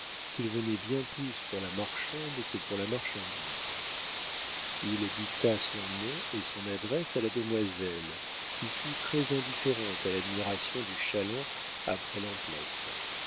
qu'il venait bien plus pour la marchande que pour la marchandise il dicta son nom et son adresse à la demoiselle qui fut très indifférente à l'admiration du chaland après l'emplette le